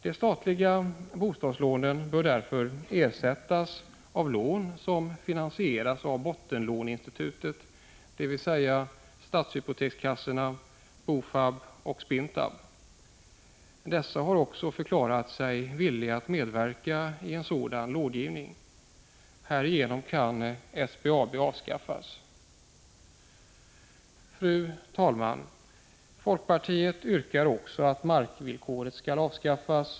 De statliga bostadslånen bör därför ersättas av lån som finansieras av bottenlåneinstituten, dvs. stadshypotekskassorna BOFAB och SPINTAB. Dessa har också förklarat sig villiga att medverka i en sådan långivning. Härigenom kan SBAB avskaffas. Fru talman! Folkpartiet yrkar också att markvillkoret skall avskaffas.